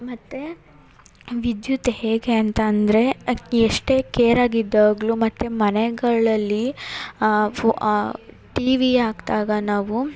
ಮತ್ತು ವಿದ್ಯುತ್ ಹೇಗೆ ಅಂತ ಅಂದರೆ ಅದು ಎಷ್ಟೇ ಕೇರ್ ಆಗಿ ಇದ್ದಾಗಲು ಮತ್ತು ಮನೆಗಳಲ್ಲಿ ಫೋ ಟಿವಿ ಹಾಕ್ದಾಗಾ ನಾವು